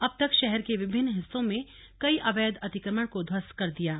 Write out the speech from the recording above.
अब तक शहर के विभिन्न हिस्सों में कई अवैध अतिक्रमण को ध्वस्त कर दिया है